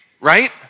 right